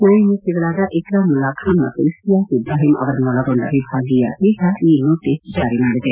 ನ್ಯಾಯಮೂರ್ತಿಗಳಾದ ಇಕ್ರಾಮುಲ್ಲಾಖಾನ್ ಮತ್ತು ಇಸ್ತಿಯಾಕ್ ಇಬ್ರಾಹಿಂ ಅವರನ್ನೊಳಗೊಂಡ ವಿಭಾಗೀಯ ಪೀಠ ಈ ನೋಟಿಸ್ ಜಾರಿ ಮಾಡಿದೆ